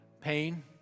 pain